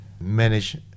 manage